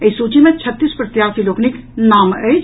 एहि सूची मे छत्तीस प्रत्याशी लोकनिक नाम अछि